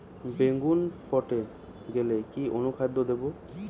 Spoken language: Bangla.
বেগুন ফেটে গেলে কি অনুখাদ্য দেবো?